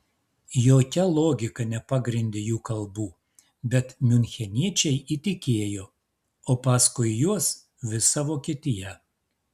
jokia logika nepagrindė jų kalbų bet miuncheniečiai įtikėjo o paskui juos visa vokietija